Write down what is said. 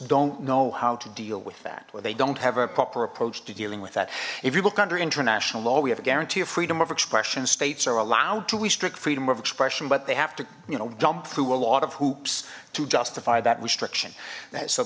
don't know how to deal with that well they don't have a proper approach to dealing with that if you look under international law we have a guarantee of freedom of expression states are allowed to restrict freedom of expression but they have to you know jump through a lot of hoops to justify that restriction